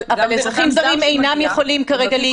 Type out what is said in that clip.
אבל אזרחים זרים אינם יכולים כרגע להיכנס.